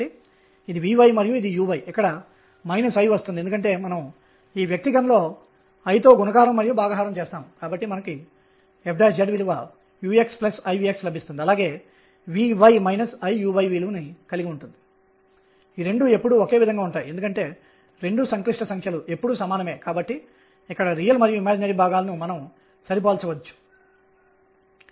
కాబట్టి n nnr కు సమానం అయితే ఎనర్జీ ఒకేలా ఉంటుంది అయితే ఇవి 2 విభిన్న కక్ష్యలు ఉదాహరణకు n ఒకటికి సమానం అయితే nr 0 మరియు n 1 ను కలిగి ఉండవచ్చని అనుకుందాం